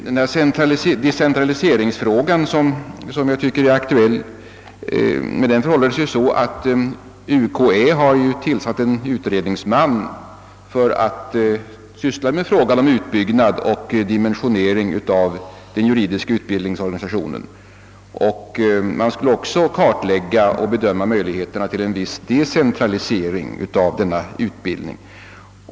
Med denna fråga om decentralisering — som jag tycker är aktuell — förhåller det sig så att universitetskanslersämbetet har tillsatt en utredningsman som skall syssla med frågan om utbyggnad av och dimensionering av den juridiska utbildningsorganisationen och kartlägga och bedöma möjligheterna till en viss decentralisering av denna utbildning.